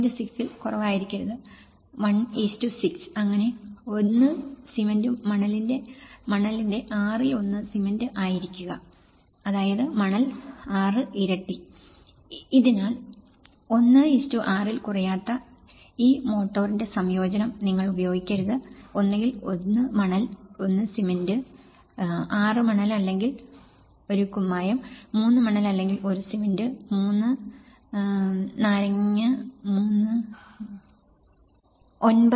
6 ൽ കുറവായിരിക്കരുത് 1 6 അങ്ങനെ 1 സിമന്റിനും മണലിന്റെ 6 ൽ ഒന്ന് സിമന്റ് ആയിരിക്കുക അതിനാൽ 1 6 ൽ കുറയാത്ത ഈ മോർട്ടറിന്റെ സംയോജനം നിങ്ങൾ ഉപയോഗിക്കരുത് ഒന്നുകിൽ 1 മണൽ 1 സിമന്റ് 6 മണൽ അല്ലെങ്കിൽ 1 കുമ്മായം 3 മണൽ അല്ലെങ്കിൽ 1 സിമന്റ് 3 നാരങ്ങ 9 മണൽ എന്നിവ ഉപയോഗിക്കാൻ ശുപാർശ ചെയ്യുന്നു